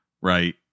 Right